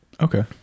okay